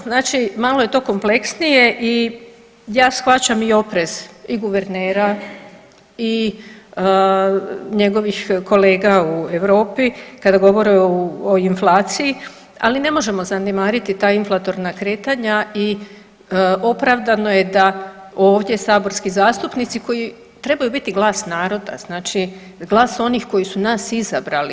Znači malo je to kompleksnije i ja shvaćam oprez i guvernera i njegovih kolega u Europi kada govore o inflaciji, ali ne možemo zanemariti ta inflatorna kretanja i opravdano je da ovdje saborski zastupnici koji trebaju biti glas naroda, znači glas onih koji su nas izabrali.